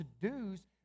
to-dos